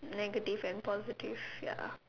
negative and positive ya